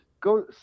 go